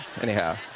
Anyhow